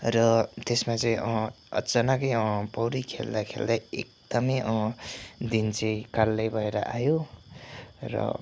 र त्यसमा चाहिँ अचानकै पौडी खेल्दा खेल्दै एकदमै दिन चाहिँ कालै भएर आयो र